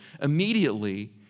immediately